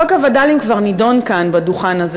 חוק הווד"לים כבר נדון כאן בדוכן הזה